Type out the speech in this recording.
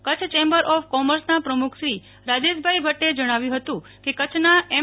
Kutch chamber of કોમર્સના પ્રમુખ રાજેશભાઈ ભટ્ટે જણાવ્યું હતું કે કચ્છના એમ